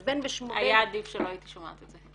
אז בין -- היה עדיף שלא הייתי שומעת את זה.